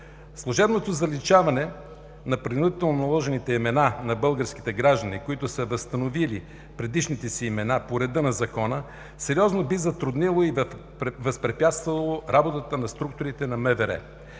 Служебното заличаване на принудително наложените имена на българските граждани, които са възстановили предишните си имена по реда на закона, сериозно би затруднило и възпрепятствало работата на структури на МВР.